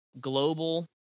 global